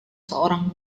seorang